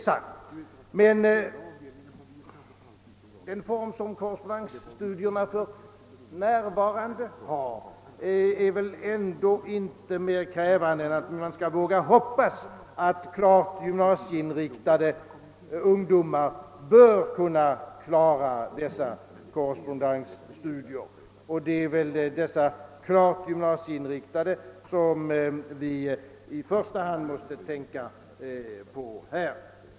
Men med den form korrespondensstudierna för närvarande har är de väl ändå inte mer krävande än att man skall våga hoppas, att klart gymnasieinriktade ungdomar bör kunna klara dessa korrespondensstudier, och det är väl dessa klart gymnasieinriktade som vi i första hand måste tänka på.